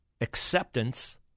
acceptance